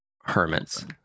hermits